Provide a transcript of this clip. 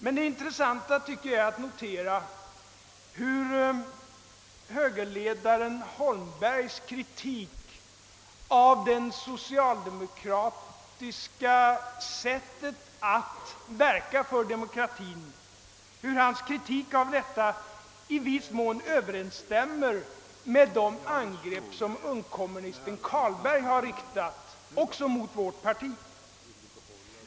Det är intressant, tycker jag, att notera hur högerledaren Holmbergs kritik mot det socialdemokratiska sättet att verka för demokratin i viss mån överensstämmer med de angrepp som ungkommunisten Carlberg också har riktat mot vårt parti.